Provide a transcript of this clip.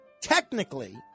technically